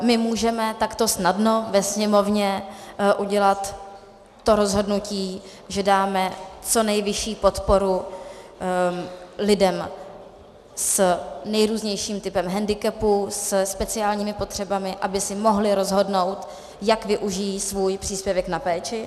My můžeme takto snadno ve Sněmovně udělat to rozhodnutí, že dáme co nejvyšší podporu lidem s nejrůznějším typem hendikepu, se speciálními potřebami, aby si mohli rozhodnout, jak využití svůj příspěvek na péči.